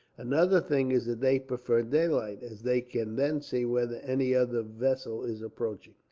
another thing is that they prefer daylight, as they can then see whether any other vessel is approaching.